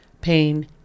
pain